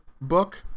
book